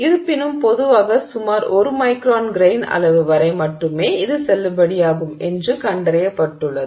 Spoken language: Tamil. இருப்பினும் பொதுவாக சுமார் 1 மைக்ரான் கிரெய்ன் அளவு வரை மட்டுமே இது செல்லுபடியாகும் என்று கண்டறியப்பட்டுள்ளது